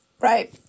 Right